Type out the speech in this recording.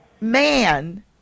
man